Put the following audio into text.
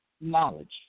knowledge